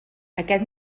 aquest